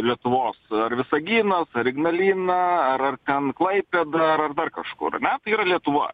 lietuvos ar visaginas ar ignalina ar ar ten klaipėda ar dar kažkur ar ne tai yra lietuva